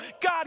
God